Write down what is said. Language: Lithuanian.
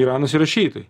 iranas yra šytai